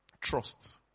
trust